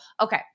okay